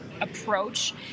approach